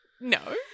No